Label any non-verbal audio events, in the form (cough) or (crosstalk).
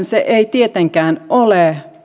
(unintelligible) se ei tietenkään ole